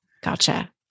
Gotcha